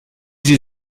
sie